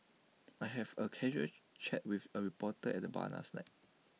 I have A casual chat with A reporter at the bar last night